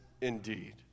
indeed